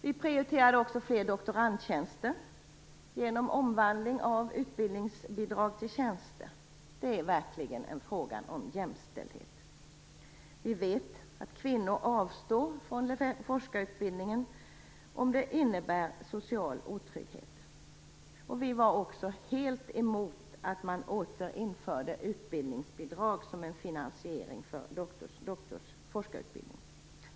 Vi prioriterade också fler doktorandtjänster genom omvandling av utbildningsbidrag till tjänster. Det är verkligen en fråga om jämställdhet. Vi vet att kvinnor avstår från forskarutbildningen om det innebär social otrygghet. Vi var helt emot att man återinförde utbildningsbidrag som en finansiering av forskarutbildning.